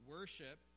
Worship